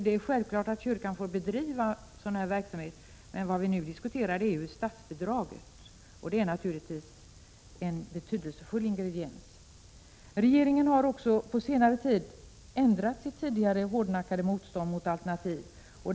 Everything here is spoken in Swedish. Det är självklart att kyrkan får bedriva sådan verksamhet, men vad vi nu diskuterar är om statsbidrag skall utgå. Regeringen har på senare tid ändrat sitt tidigare hårdnackade motstånd mot alternativ.